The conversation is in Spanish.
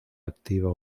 activa